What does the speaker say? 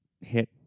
hit